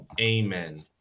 amen